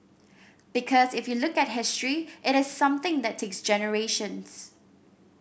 because if you look at history it is something that takes generations